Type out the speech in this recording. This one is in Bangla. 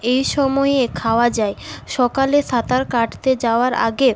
এই সময়ে খাওয়া যায় সকালে সাঁতার কাটতে যাওয়ার আগে